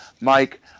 Mike